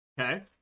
Okay